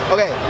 Okay